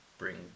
Bring